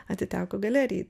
atiteko galerijai